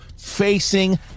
facing